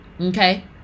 Okay